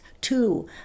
Two